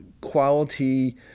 quality